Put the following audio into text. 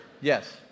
Yes